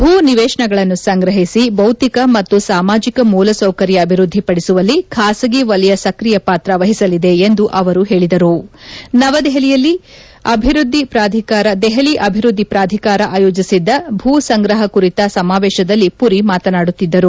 ಭೂಮಿಯನ್ನು ಸಂಗ್ರಹಿಸಿ ಭೌತಿಕ ಮತ್ನು ಸಾಮಾಜಕ ಮೂಲ ಸೌಕರ್ಯ ಅಭಿವ್ನದ್ಲಿ ಪಡಿಸುವಲ್ಲಿ ಖಾಸಗಿ ವಲಯ ಸ್ಕ್ರಿಯ ಪಾತ್ರ ವಹಿಸಲಿದೆ ಎಂದು ಅವರು ಹೇಳಿದರು ನವದೆಹಲಿಯಲ್ಲಿ ದೆಹಲಿ ಅಭಿವೃದ್ದಿ ಪ್ರಾಧಿಕಾರ ಆಯೋಜಿಸಿದ್ದ ಭೂ ಸಂಗ್ರಹ ಕುರಿತ ಸಮಾವೇಶದಲ್ಲಿ ಪುರಿ ಮಾತನಾಡುತ್ತಿದ್ದರು